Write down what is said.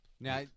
Now